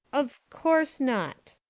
of course not,